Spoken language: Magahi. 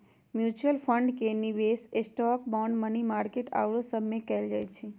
म्यूच्यूअल फंड के निवेश स्टॉक, बांड, मनी मार्केट आउरो सभमें कएल जाइ छइ